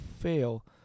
fail